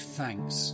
thanks